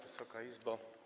Wysoka Izbo!